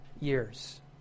years